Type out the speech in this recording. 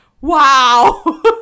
Wow